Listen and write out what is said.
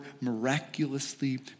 miraculously